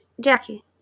Jackie